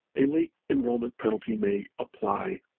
a late enrollment penalty may apply.